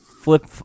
Flip